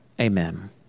amen